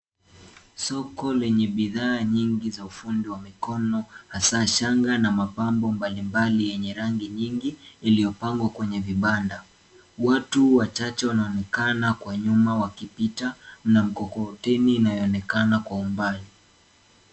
Soko lenye bidhaa nyingi za ufundi wa mikono hasa shanga ya mapambo mbalimbali yenye rangi nyingi iliyopangwa kwenye vibanda. Watu wachache wanaonekana nyuma wakipita na mikokoteni inaonekana kwa umbali.